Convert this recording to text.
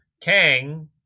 Kang